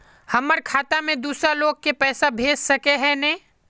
हमर खाता से दूसरा लोग के पैसा भेज सके है ने?